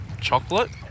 chocolate